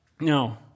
No